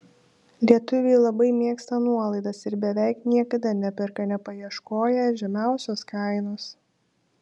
lietuviai labai mėgsta nuolaidas ir beveik niekada neperka nepaieškoję žemiausios kainos